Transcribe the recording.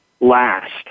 last